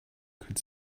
could